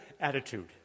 attitude